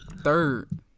Third